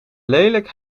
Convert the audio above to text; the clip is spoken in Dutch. lelijk